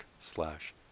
slash